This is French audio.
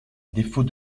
défaut